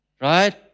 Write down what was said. right